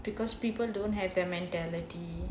because people don't have their mentality